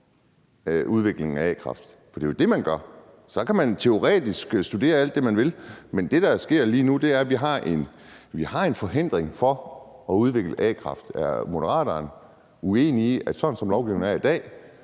udviklingen af a-kraft? For det er jo det, man gør. Så kan man teoretisk studere alt det, man vil, men det, der sker lige nu, er, at vi har en forhindring i forhold til at udvikle a-kraft. Er Moderaterne uenige i, at sådan som lovgivningen er i dag,